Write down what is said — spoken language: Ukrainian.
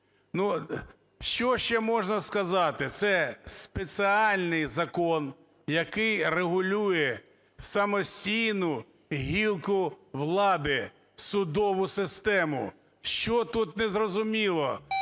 Що ще можна сказати? Це спеціальний закон, який регулює самостійну гілку влади – судову систему. Що тут незрозуміло?